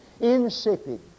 insipid